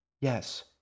Yes